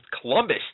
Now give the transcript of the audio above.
Columbus